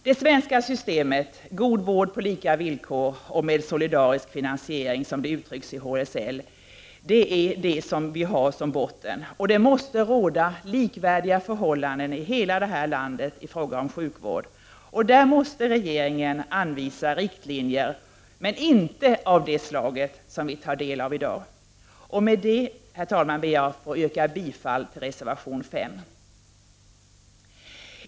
Det svenska systemet, god vård på lika villkor och med solidarisk finansiering, som det uttrycks i hälsooch sjukvårdslagen, är det vi har som botten. Det måste råda likvärdiga förhållanden i hela landet i fråga om sjukvård. Där måste regeringen anvisa riktlinjer, men inte av det slaget som vi tar del av i dag. Med detta, herr talman, ber jag att få yrka bifall till reservation 5.